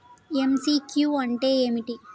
MCQ అంటే ఏమిటి?